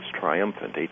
Triumphant